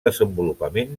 desenvolupament